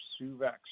SUVEX